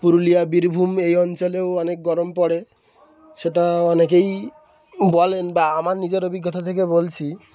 পুরুলিয়া বীরভূম এই অঞ্চলেও অনেক গরম পড়ে সেটা অনেকেই বলেন বা আমার নিজের অভিজ্ঞতা থেকে বলছি